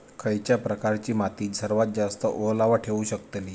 खयच्या प्रकारची माती सर्वात जास्त ओलावा ठेवू शकतली?